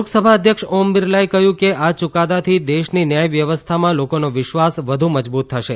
લોકસભા અધ્યક્ષ ઓમ બિરલાએ કહ્યું કે આ યુકાદાથી દેશની ન્યાય વ્યવસ્થામાં લોકોનો વિશ્વાસ વધુ મજબૂત થશે